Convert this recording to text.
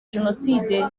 jenoside